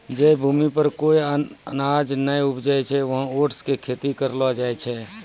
जै भूमि पर कोय अनाज नाय उपजै छै वहाँ ओट्स के खेती करलो जाय छै